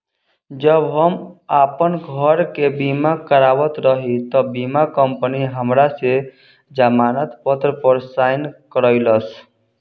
जब हम आपन घर के बीमा करावत रही तब बीमा कंपनी हमरा से जमानत पत्र पर साइन करइलस